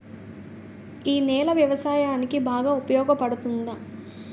ఈ నేల వ్యవసాయానికి బాగా ఉపయోగపడుతుందా?